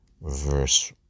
verse